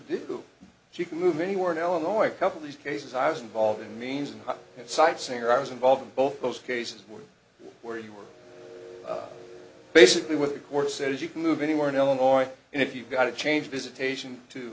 do she can move anywhere in illinois couple these cases i was involved in means and insight singer i was involved in both those cases were where you were basically with the court says you can move anywhere in illinois and if you've got to change visitation to